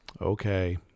okay